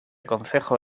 concejo